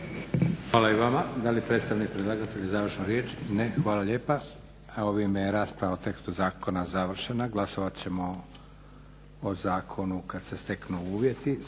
Hvala i vama. Da li predstavnik predlagatelja završnu riječ? Ne. Hvala lijepa. Evo ovime je rasprava o tekstu zakona završena. Glasovat ćemo o zakonu kad se steknu uvjeti.